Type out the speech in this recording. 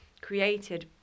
created